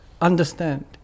understand